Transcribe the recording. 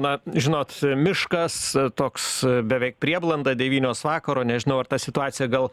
na žinot miškas toks beveik prieblanda devynios vakaro nežinau ar ta situacija gal